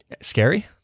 scary